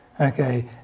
okay